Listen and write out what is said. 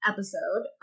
Episode